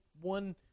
One